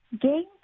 game